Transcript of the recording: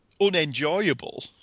unenjoyable